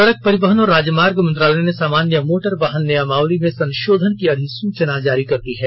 सडक परिवहन और राजमार्ग मंत्रालय ने सामान्य मोटर वाहन नियमावली में संशोधन की अधिसुचना जारी कर दी है